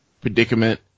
predicament